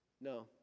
No